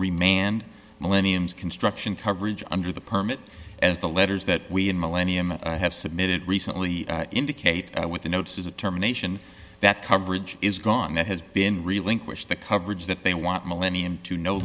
remand millenniums construction coverage under the permit as the letters that we in millennium have submitted recently indicate with the notice is the term nation that coverage is gone that has been relinquished the coverage that they want millennium to no